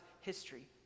history